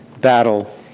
battle